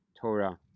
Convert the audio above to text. Torah